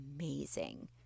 amazing